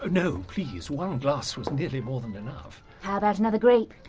no, please, one glass was nearly more than enough! how about another grape?